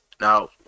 Now